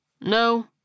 No